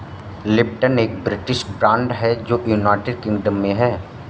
Lipton एक British brand है जो यूनाइटेड किंगडम में है